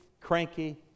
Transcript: cranky